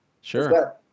Sure